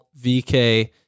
VK